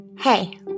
Hey